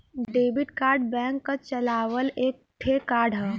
debit card bank क चलावल एक ठे कार्ड हौ